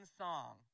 song